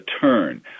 turn